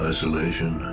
Isolation